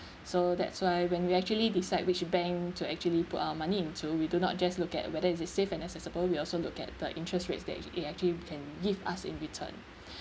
so that's why when we actually decide which bank to actually put our money in to we do not just look at whether is it safe and accessible we also look at the interest rates that it actually can give us in return